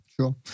sure